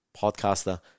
podcaster